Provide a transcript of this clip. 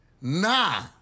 nah